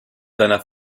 seiner